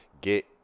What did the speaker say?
Get